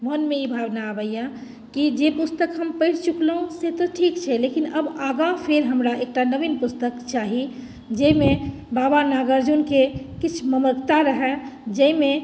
मोनमे ई भावना अबैए कि जे पुस्तक हम पढ़ि चुकलहुँ से तऽ ठीक छै लेकिन आब आगाँ हमरा फेर एकटा नवीन पुस्तक चाही जाहिमे बाबा नागार्जुनके किछु मर्मज्ञता रहनि जाहिमे